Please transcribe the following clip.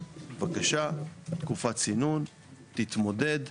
בבקשה, תקופת צינון, תתמודד.